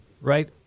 Right